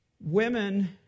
Women